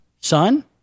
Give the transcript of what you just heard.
son